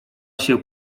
się